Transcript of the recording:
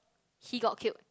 he got killed